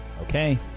Okay